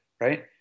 right